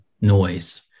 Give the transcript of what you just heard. noise